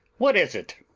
what is it?